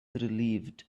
relieved